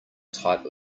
type